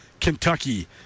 Kentucky